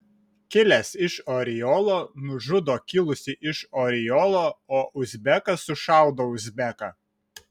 kilęs iš oriolo nužudo kilusį iš oriolo o uzbekas sušaudo uzbeką